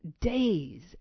days